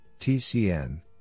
TCN